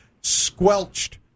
squelched